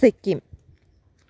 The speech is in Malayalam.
സിക്കിം